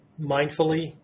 mindfully